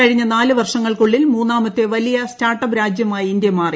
കഴിഞ്ഞ നാല് വർഷങ്ങൾക്കുള്ളിൽ മൂന്ന്റ്മുത്തെ വലിയ സ്റ്റാർട്ടപ്പ് രാജ്യമായി ഇന്ത്യ മാറി